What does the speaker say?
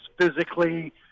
physically